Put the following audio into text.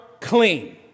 clean